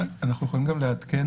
אנחנו יכולים גם לעדכן